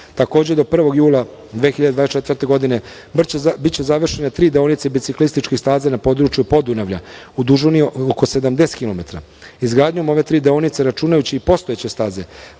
terena. Takođe, do 1. jula 2024. godine biće završene tri deonice biciklističkih staza na području Podunavlja u dužini od oko 70 kilometra. Izgradnjom ove tri deonice, računajući i postojeće staze